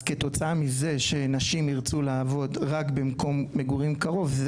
אז כתוצאה מזה שנשים ירצו לעבוד רק במקום מגורים קרוב.